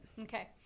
Okay